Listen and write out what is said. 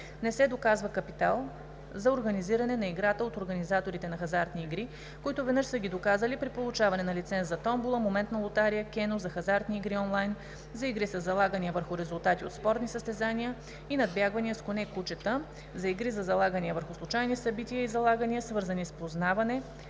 Не се доказва капитал за организиране на играта от организаторите на хазартни игри, които веднъж са ги доказали при получаване на лиценз за томбола, моментна лотария, кено, за хазартни игри онлайн, за игри със залагания върху резултати от спортни състезания и надбягвания с коне и кучета, за игри със залагания върху случайни събития и залагания, свързани с познаване